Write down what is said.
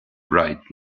bright